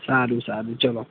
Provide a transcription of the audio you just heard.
સારું સારું ચલો